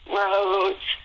roads